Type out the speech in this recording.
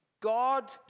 God